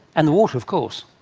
and water of course.